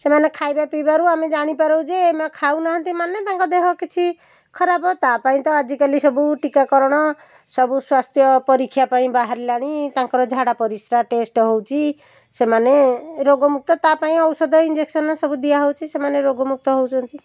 ସେମାନେ ଖାଇବା ପିଈବାରୁ ଆମେ ଜାଣିପାରୁ ଯେ ଏମାନେ ଖାଉନାହାନ୍ତି ମାନେ ତାଙ୍କ ଦେହ କିଛି ଖରାପ ତା' ପାଇଁ ତ ଆଜି କାଲି ସବୁ ଟିକାକରଣ ସବୁ ସ୍ୱାସ୍ଥ୍ୟ ପରୀକ୍ଷା ପାଇଁ ବାହାରିଲାଣି ତାଙ୍କର ଝାଡ଼ା ପରିଶ୍ରା ଟେଷ୍ଟ ହେଉଛି ସେମାନେ ରୋଗ ମୁକ୍ତଟା ପାଇଁ ଔଷଧ ଇଂଜେକ୍ସନ୍ ସବୁ ଦିଆ ହେଉଛି ସେମାନେ ରୋଗ ମୁକ୍ତ ହେଉଛନ୍ତି